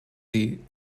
sie